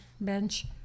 bench